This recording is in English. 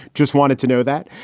just wanted to know that.